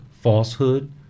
falsehood